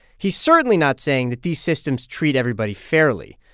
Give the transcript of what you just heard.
he's certainly not saying that these systems treat everybody fairly.